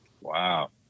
Wow